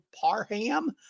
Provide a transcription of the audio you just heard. Parham